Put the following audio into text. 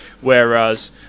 whereas